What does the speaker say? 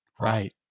Right